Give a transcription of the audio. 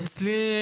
גברתי,